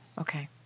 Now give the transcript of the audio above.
Okay